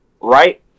right